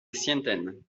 sienten